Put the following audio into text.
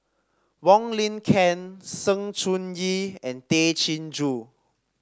Wong Lin Ken Sng Choon Yee and Tay Chin Joo